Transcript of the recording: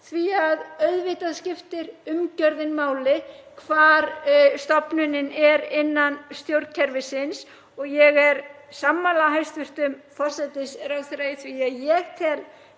Auðvitað skiptir umgjörðin máli, hvar stofnunin er innan stjórnkerfisins og ég er sammála hæstv. forsætisráðherra í því að ég tel